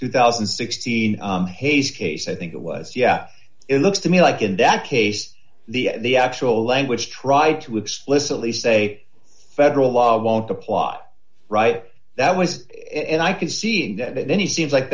two thousand and sixteen hayes case i think it was yeah it looks to me like in that case the the actual language tried to explicitly say federal law won't apply right that was and i could see that but then he seems like